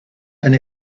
and